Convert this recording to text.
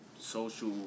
social